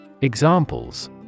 Examples